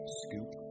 scoop